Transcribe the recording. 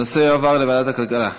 הנושא יועבר לוועדת הכלכלה.